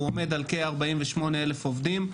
הוא עומד על כ-48,000 עובדים,